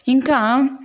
ఇంకా